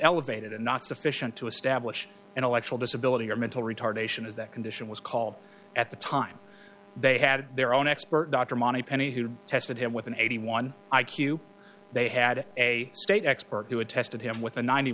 elevated and not sufficient to establish intellectual disability or mental retardation is that condition was called at the time they had their own expert dr mani pedi who tested him with an eighty one i q they had a state expert who had tested him with a ninety